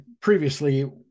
previously